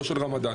לא של רמדאן.